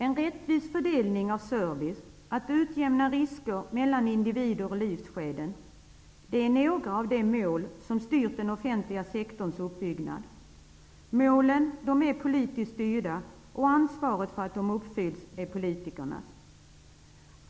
En rättvis fördelning av service och att utjämna risker mellan individer och livsskeden är några av de mål som styrt den offentliga sektorns uppbyggnad. Målen är politiskt styrda, och ansvaret för att de uppfylls är politikernas.